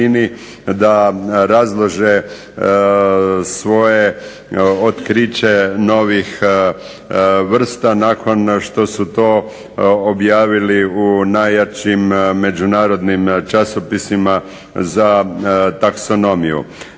da razlože svoje otkriće novih vrsta nakon što su to objavili u najjačim međunarodni časopisima za taksonomiju.